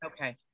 Okay